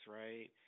right